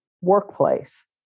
workplace